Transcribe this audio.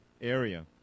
area